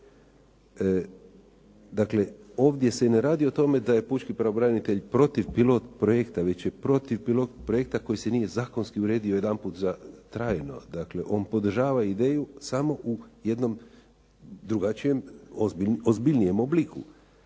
Dakle, ovdje se ne radi o tome da je pučki pravobranitelj protiv pilot projekta, već je protiv pilot projekta koji se nije zakonski uredio jedanput za trajno. Dakle, on podržava ideju samo u jednom drugačijem ozbiljnijem obliku.